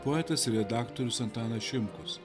poetas ir redaktorius antanas šimkus